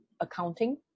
accounting